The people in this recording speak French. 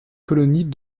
colonies